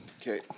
Okay